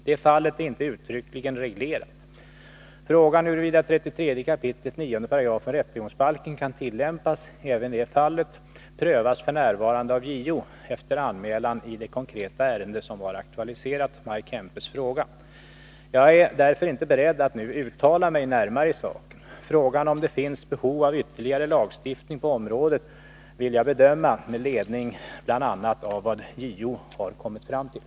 Det fallet är inte uttryckligen reglerat. Frågan huruvida 33 kap. 9 § rättegångsbalken kan tillämpas även i det fallet prövas f. n. av JO efter anmälan i det konkreta ärende som har aktualiserat Maj Kempes fråga. Jag är därför inte beredd att nu uttala mig närmare i saken. Frågan om det finns behov av ytterligare lagstiftning på området vill jag bedöma bl.a. med ledning av vad JO har kommit fram till.